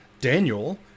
Daniel